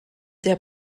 der